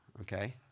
okay